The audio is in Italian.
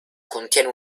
contiene